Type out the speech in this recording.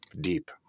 deep